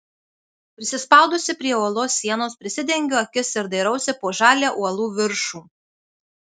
prisispaudusi prie uolos sienos prisidengiu akis ir dairausi po žalią uolų viršų